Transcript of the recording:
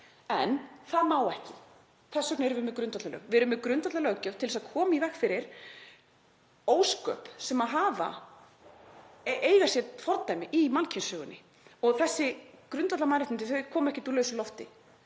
En það má ekki. Þess vegna erum við með grundvallarlög, við erum með grundvallarlöggjöf til þess að koma í veg fyrir ósköp sem eiga sér fordæmi í mannkynssögunni. Þessi grundvallarmannréttindi koma ekkert úr lausu lofti.